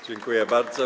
Dziękuję bardzo.